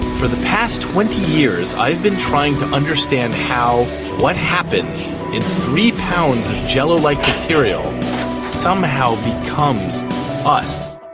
for the past twenty years i've been trying to understand how what happens in three pounds of jell-o like material somehow becomes us.